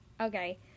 okay